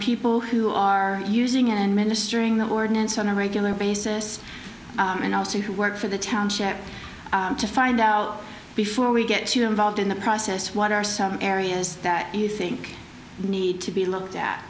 people who are using and ministering the ordinance on a regular basis and also who work for the township to find out before we get too involved in the process what are some areas that you think need to be looked at